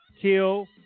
kill